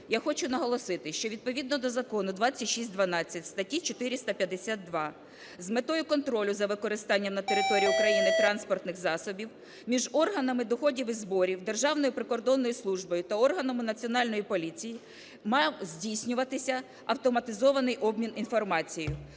я хочу наголосити, що, відповідно до закону 2612 статті 452, з метою контролю за використання на території України транспортних засобів між органами доходів і зборів, Державною прикордонною службою та органами Національної поліції, мав здійснюватися автоматизований обмін інформацією.